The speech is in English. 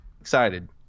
excited